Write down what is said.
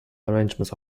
arrangements